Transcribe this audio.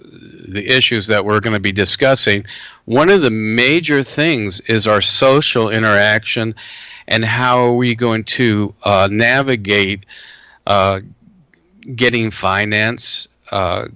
the issues that we're going to be discussing one of the major things is our social interaction and how we going to navigate getting finance